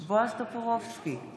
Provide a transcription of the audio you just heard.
בועז טופורובסקי,